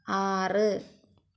ആറ്